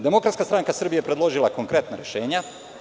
Demokratska stranka Srbije je predložila konkretna rešenja.